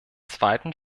zweiten